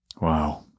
Wow